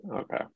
Okay